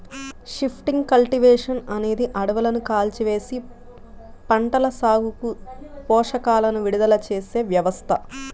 shifting cultivation అనేది అడవులను కాల్చివేసి, పంటల సాగుకు పోషకాలను విడుదల చేసే వ్యవస్థ